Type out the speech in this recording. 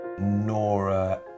Nora